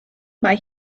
mae